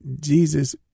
Jesus